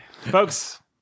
Folks